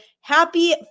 Happy